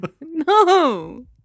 no